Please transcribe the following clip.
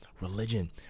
religion